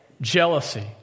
Jealousy